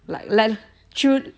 lik~ like she wo~